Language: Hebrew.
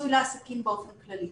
לעסקים באופן כללי.